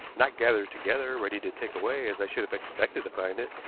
not gathered together ready to take away as i should have expected to find it,